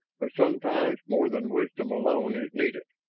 but sometimes more than wisdom alone is needed